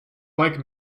like